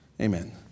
Amen